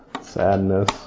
Sadness